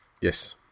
Yes